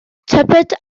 tybed